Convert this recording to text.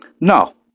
No